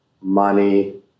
money